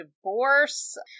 divorce